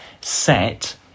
set